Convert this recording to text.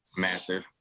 Massive